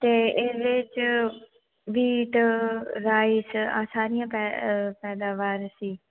ਅਤੇ ਇਹਦੇ 'ਚ ਵੀਟ ਰਾਈਸ ਅ ਸਾਰੀਆਂ ਪੈ ਪੈਦਾਵਾਰ ਸੀ